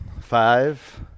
Five